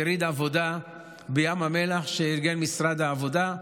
יריד עבודה בים המלח שארגן משרד העבודה.